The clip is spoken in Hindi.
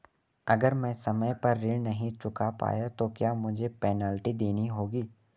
अगर मैं समय पर ऋण नहीं चुका पाया तो क्या मुझे पेनल्टी देनी होगी?